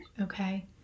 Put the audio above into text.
Okay